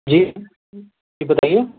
جی جی بتائیے